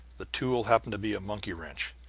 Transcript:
the tool happened to be a monkey-wrench,